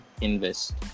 invest